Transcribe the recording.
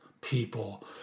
people